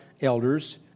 elders